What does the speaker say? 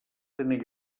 tenir